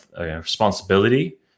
responsibility